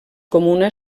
comuna